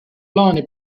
plaane